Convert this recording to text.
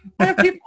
people